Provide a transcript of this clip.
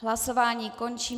Hlasování končím.